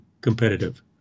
competitive